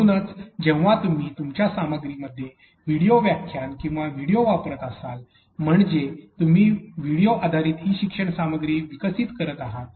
म्हणून जेव्हा तुम्ही तुमच्या सामग्रीमध्ये व्हिडिओ व्याख्यान किंवा व्हिडिओ वापरत असाल म्हणजे तुम्ही व्हिडिओ आधारित ई शिक्षण सामग्री विकसित करत आहात